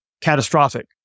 catastrophic